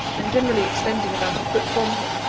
and generally extending about a foot from him,